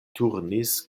turnis